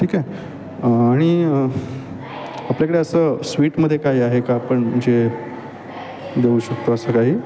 ठीक आहे आणि आपल्याकडे असं स्वीटमध्ये काय आहे का आपण जे देऊ शकतो असं काही